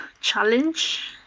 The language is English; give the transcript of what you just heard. challenge